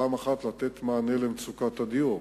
פעם אחת, לתת מענה על מצוקת הדיור,